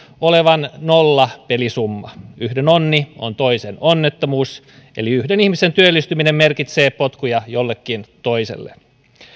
olevan nollasummapeli yhden onni on toisen onnettomuus eli yhden ihmisen työllistyminen merkitsee potkuja jollekin toiselle